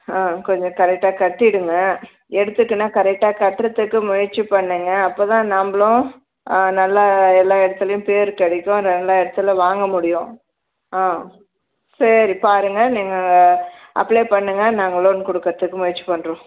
ஆ கொஞ்சம் கரெக்டாக கட்டிவிடுங்க எடுத்துட்டுனா கரெக்டாக கட்டுறத்துக்கு முயற்சி பண்ணுங்கள் அப்போதான் நம்பளும் ஆ நல்லா எல்லா இடத்துலியும் பேர் கிடைக்கும் நல்லா இடத்துல வாங்கமுடியும் ஆ சரி பாருங்கள் நீங்கள் அப்ளை பண்ணுங்கள் நாங்கள் லோன் கொடுக்குறத்துக்கு முயற்சி பண்ணுறோம்